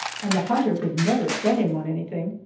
and the hunter could never set him on anything,